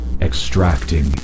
Extracting